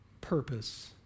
purpose